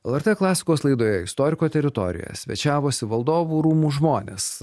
lrt klasikos laidoje istoriko teritorijoje svečiavosi valdovų rūmų žmonės